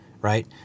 Right